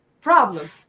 problem